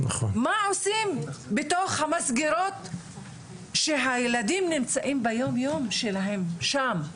מה עושים בתוך המסגרות שהילדים נמצאים ביום יום שלהם שם.